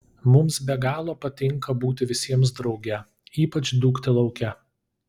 mums be galo patinka būti visiems drauge ypač dūkti lauke